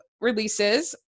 releases